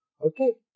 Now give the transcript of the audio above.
Okay